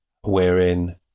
wherein